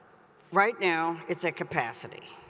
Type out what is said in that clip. right now, it's at capacity,